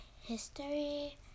history